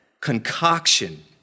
concoction